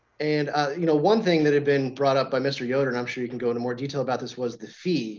and ah you know one thing that had been brought up by mr. yoder, and i'm sure you can go into more depaul about this, was the fee